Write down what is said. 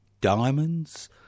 diamonds